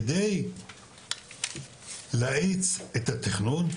כדי להאיץ את התכנון,